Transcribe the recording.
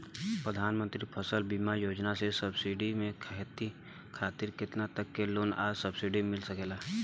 प्रधानमंत्री फसल बीमा योजना से सब्जी के खेती खातिर केतना तक के लोन आ सब्सिडी मिल सकेला?